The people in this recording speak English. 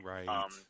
Right